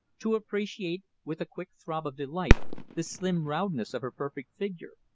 to appreciate with a quick throb of delight the slim roundness of her perfect figure,